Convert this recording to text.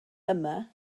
yma